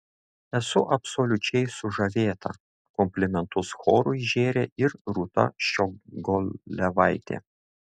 esu absoliučiai sužavėta komplimentus chorui žėrė ir rūta ščiogolevaitė